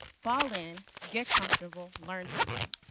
fall in. get comfortable. learn something.